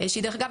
שדרך אגב,